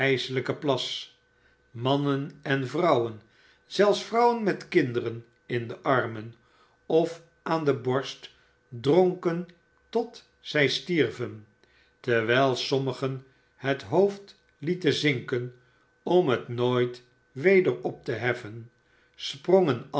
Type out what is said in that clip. plas raannen en vrouwen zelfs vrouwen met kinderen in de armen of aan de borst dronken tot zij stierven terwijl sommigen het hoofd heten zmken om hetnooit weder op te heffen sprongen